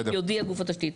יודיע גוף התשתית".